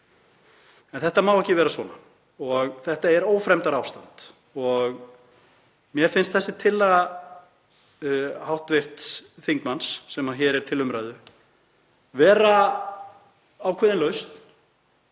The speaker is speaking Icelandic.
En þetta má ekki vera svona, þetta er ófremdarástand. Mér finnst tillaga hv. þingmanns sem hér er til umræðu vera ákveðin lausn